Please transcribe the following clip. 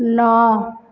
ନଅ